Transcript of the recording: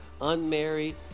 unmarried